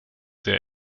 sehr